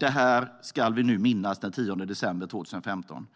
Det här ska vi nu minnas den 10 december 2015.